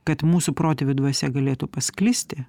kad mūsų protėvių dvasia galėtų pasklisti